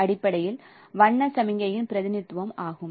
அடிப்படையில் வண்ண சமிக்ஞையின் பிரதிநிதித்துவம் ஆகும்